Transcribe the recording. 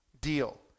deal